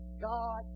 God